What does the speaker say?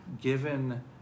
given